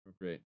Great